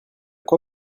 quoi